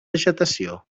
vegetació